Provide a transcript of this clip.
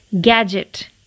Gadget